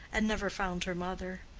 and never found her mother.